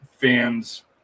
fans